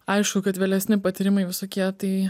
aišku kad vėlesni patyrimai visokie tai